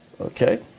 Okay